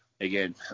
again